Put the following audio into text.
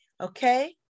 Okay